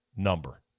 number